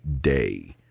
day